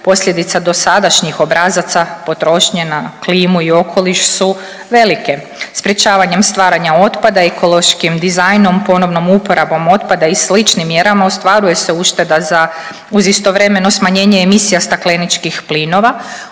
Posljedica dosadašnjih obrazaca potrošnje na klimu i okoliš su velike. Sprječavanjem stvaranja otpada ekološkim dizajnom, ponovnom uporabom otpada i sličnim mjerama ostvaruje se ušteda za, uz istovremeno smanjenje emisija stakleničkih plinova